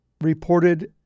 reported